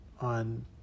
on